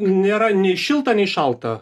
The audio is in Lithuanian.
nėra nei šilta nei šalta